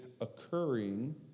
occurring